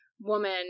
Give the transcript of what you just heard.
Woman